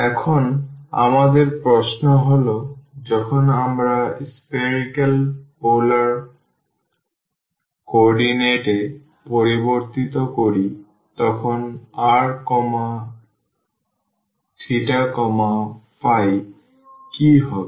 এখন আমাদের প্রশ্ন হল যখন আমরা spherical পোলার কোঅর্ডিনেট এ পরিবর্তিত করি তখন rθϕ কি হবে